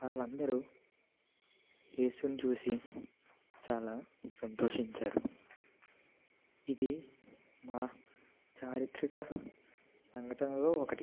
వాళ్ళు అందరూ యేసును చూసి చాలా సంతోషించారు ఇది మా చారిత్రక సంఘటనలో ఒకటి